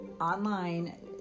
online